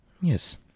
yes